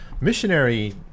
missionary